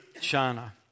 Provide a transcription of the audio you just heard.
China